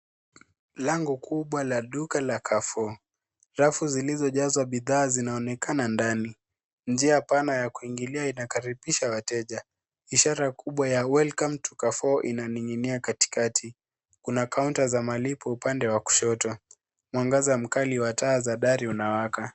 Lango kubwa la duka la Carrefour. Rafu zilizojazwa bidhaa zinaonekana ndani. Njia pana ya kuingilia inakaribisha wateja. Ishara kubwa ya Welcome to Carrefour inaning'inia katikati. Kuna kaunta za malipo upande wa kushoto. Mwagaza mkali wa taa za dari unawaka.